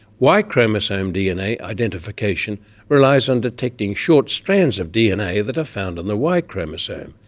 y chromosome dna identification relies on detecting short strands of dna that are found on the y chromosome,